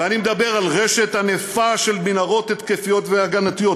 ואני מדבר על רשת ענפה של מנהרות התקפיות והגנתיות,